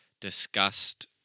discussed